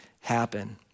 happen